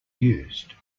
used